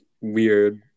weird